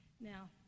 Now